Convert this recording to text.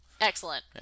Excellent